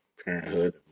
Parenthood